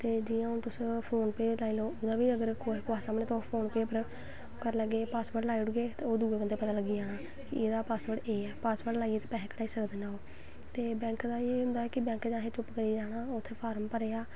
ते जि'यां हून तुस फोन पे लाई लैओ ओह्दा बी अगर फोन पे पर तुस करी लैग्गे ते ओह् दुए बंदे गी पता लग्गी जाना एह्दा पासबर्ड़ एह् ऐ पासबर्ड़ लाइयै ते पैसे कडहाई सकदे न ओह् ते बैंक दा एह् होंदा ऐ कि बैंक च जाना उत्थें चुप्प करियै फार्म भरेआ